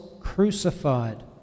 crucified